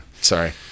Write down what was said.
Sorry